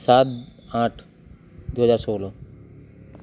ସାତ ଆଠ ଦୁଇହଜାର ଷୋହଲ